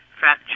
fat